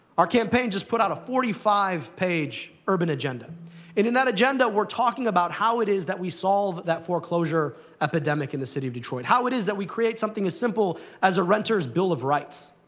our campaign just put out a forty five page urban agenda. and in that agenda, we're talking about how it is that we solve that foreclosure epidemic in the city of detroit, how it is that we create something as simple as a renter's bill of rights.